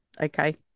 Okay